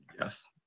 Yes